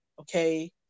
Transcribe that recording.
okay